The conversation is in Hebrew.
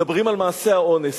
מדברים על מעשי האונס.